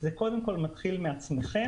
זה קודם כל מתחיל מכם,